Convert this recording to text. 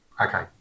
Okay